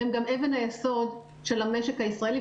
והם גם אבן היסוד של המשק הישראלי.